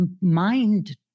mind